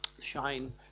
shine